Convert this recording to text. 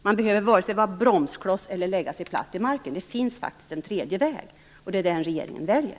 Man behöver inte vara vare sig bromskloss eller lägga sig platt på marken. Det finns faktiskt en tredje väg, och det är den regeringen väljer.